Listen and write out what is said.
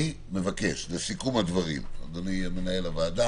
אני מבקש לסיכום הדברים, אדוני מנהל הוועדה,